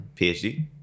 PhD